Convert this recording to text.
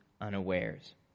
unawares